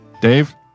Dave